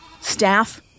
staff